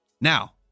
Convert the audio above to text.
Now